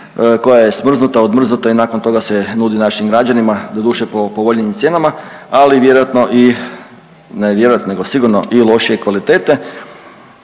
koja je smrznuta, odmrznuta i nakon toga se nudi našim građanima, doduše po povoljnijim cijenama, ali vjerojatno i, ne vjerojatno nego sigurno i lošije kvalitete,